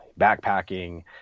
backpacking